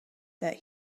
that